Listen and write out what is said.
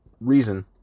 reason